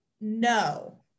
No